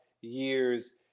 years